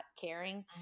caring